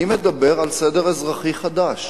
אני מדבר על סדר אזרחי חדש.